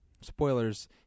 spoilers